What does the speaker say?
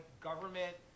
government